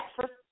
first